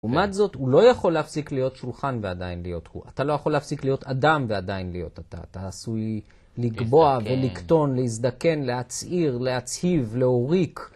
לעומת זאת, הוא לא יכול להפסיק להיות שולחן ועדיין להיות הוא. אתה לא יכול להפסיק להיות אדם ועדיין להיות אתה. אתה עשוי לקבוע ולקטון, להזדקן, להצעיר, להצהיב, להוריק